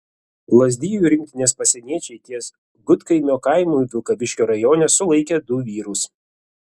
lazdijų rinktinės pasieniečiai ties gudkaimio kaimu vilkaviškio rajone sulaikė du vyrus